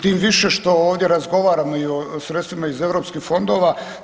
Tim više što ovdje razgovaramo i o sredstvima iz EU fondova.